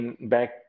back